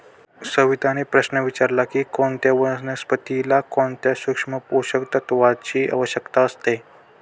सविताने प्रश्न विचारला की कोणत्या वनस्पतीला कोणत्या सूक्ष्म पोषक तत्वांची आवश्यकता असते?